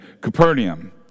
Capernaum